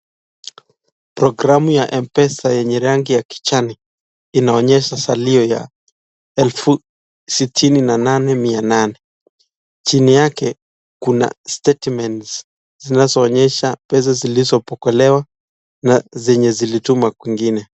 Programu ya mpesa yenye rangi ya kijani inaonesha salio ya elfu sitini na nane mia nane. Chini yake kuna (statements) zinazo onyesha pesa zilizo pokelewa na zenye zilitumwa kwingine.